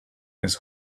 his